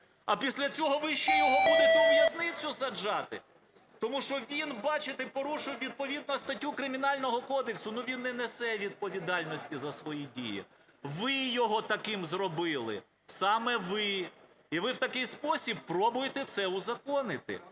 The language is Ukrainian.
А після цього ви ще його будете у в'язницю саджати, тому що він, бачите, порушив відповідну статтю Кримінального кодексу. Ну, він не несе відповідальності за свої дії. Ви його таким зробили. Саме ви. І ви в такій спосіб пробуєте це узаконити.